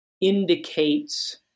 indicates